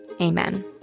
Amen